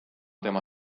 tema